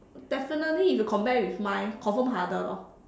definitely if you compare with mine confirm harder lor